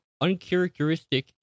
uncharacteristic